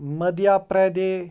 Madhya Pradesh